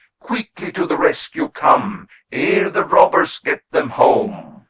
quickly to the rescue come ere the robbers get them home.